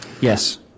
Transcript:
Yes